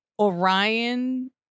Orion